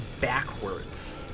backwards